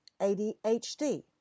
ADHD